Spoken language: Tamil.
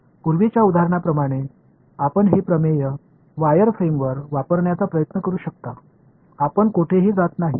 முந்தைய உதாரணத்தைப் போன்ற கம்பி சட்டகத்தில் இந்த தேற்றத்தைப் பயன்படுத்த நீங்கள் முயற்சி செய்யலாம் நீங்கள் எங்கும் செல்லவில்லை என்பதைக் காண்பீர்கள்